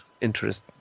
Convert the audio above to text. interest